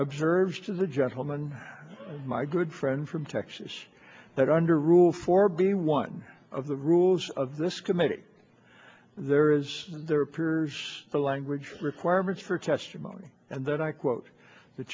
observes to the gentleman my good friend from texas that under rule for be one of the rules of this committee there is there appears the language requirements for testimony and then i quote the